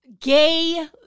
gay